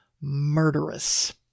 murderous